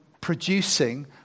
producing